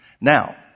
Now